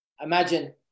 Imagine